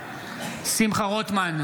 נוכח שמחה רוטמן,